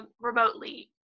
remotely